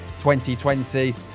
2020